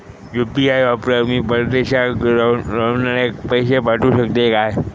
UPI वापरान मी परदेशाक रव्हनाऱ्याक पैशे पाठवु शकतय काय?